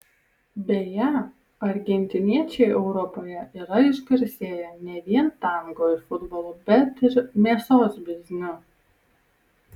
beje argentiniečiai europoje yra išgarsėję ne vien tango ir futbolu bet ir mėsos bizniu